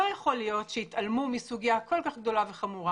לא יכול להיות שיתעלמו מסוגיה כל כך גדולה וחמורה